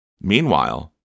Meanwhile